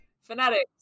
fanatics